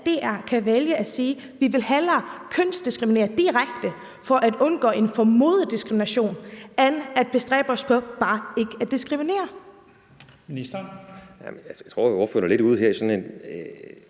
DR kan vælge at sige: Vi vil hellere kønsdiskriminere direkte for at undgå en formodet diskrimination end at bestræbe os på bare ikke at diskriminere? Kl. 15:10 Første næstformand (Leif Lahn